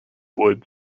wood